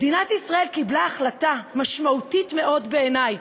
מדינת ישראל קיבלה החלטה משמעותית מאוד בעיני,